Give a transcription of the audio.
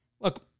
Look